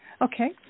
Okay